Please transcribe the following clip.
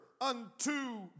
unto